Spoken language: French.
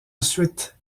ensuite